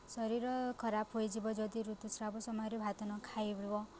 ଶରୀର ଖରାପ ହୋଇଯିବ ଯଦି ଋତୁସ୍ରାବ ସମୟରେ ଭାତ ନ ଖାଇବ